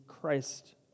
Christ